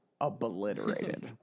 obliterated